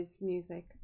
music